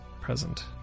present